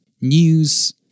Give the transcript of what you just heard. news